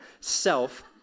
Self